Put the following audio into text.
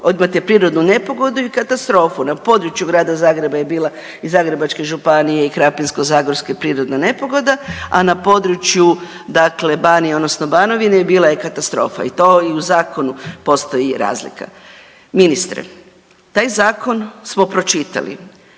imate prirodnu nepogodu i katastrofu. Na području Grada Zagreba je bila i Zagrebačke županije i Krapinsko-zagorske prirodna nepogoda, a na području dakle Banije odnosno Banovine je bila i katastrofa i to i u zakonu postoji razlika. Ministre, taj zakon smo pročitali.